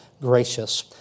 gracious